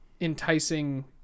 enticing